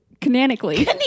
canonically